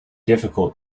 difficult